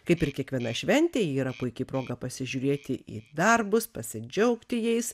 kaip ir kiekviena šventė ji yra puiki proga pasižiūrėti į darbus pasidžiaugti jais